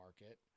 market